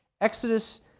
Exodus